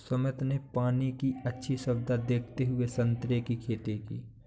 सुमित ने पानी की अच्छी सुविधा देखते हुए संतरे की खेती की